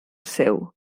seu